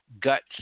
gut